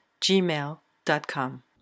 gmail.com